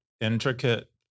intricate